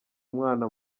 umwana